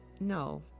no